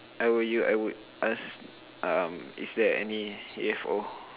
I were you I would ask um is there any U_F_O